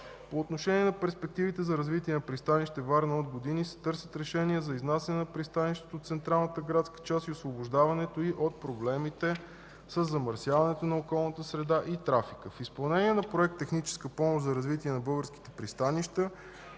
По отношение на перспективите за развитие на пристанище Варна от години се търсят решения за изнасяне на пристанището от централната градска част и освобождаването й от проблемите със замърсяването на околната среда и трафика. В изпълнение на Проект „Техническа помощ за развитие на българските пристанища”,